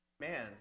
man